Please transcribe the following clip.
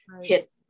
hit